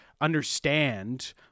understand